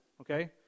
Okay